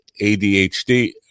ADHD